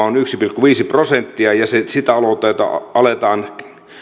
on yksi pilkku viisi prosenttia ja sitä aletaan